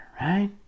right